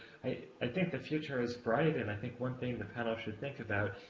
i think the future is bright, and i think one thing the panel should think about,